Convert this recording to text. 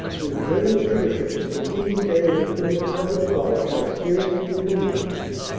whose bril liant leadership the preceding day has been recounted above, was seriously wounded.